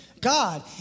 God